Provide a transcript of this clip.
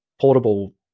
portable